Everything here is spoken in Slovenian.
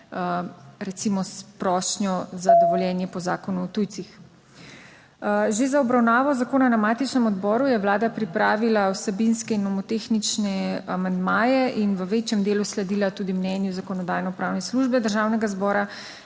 recimo s prošnjo za dovoljenje po zakonu o tujcih. Že za obravnavo zakona na matičnem odboru je Vlada pripravila vsebinske in nomotehnične amandmaje in v večjem delu sledila tudi mnenju Zakonodajno-pravne službe Državnega zbora.